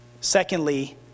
secondly